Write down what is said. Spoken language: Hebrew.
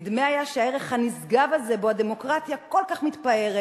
נדמה היה שהערך הנשגב הזה שבו הדמוקרטיה כל כך מתפארת